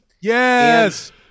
Yes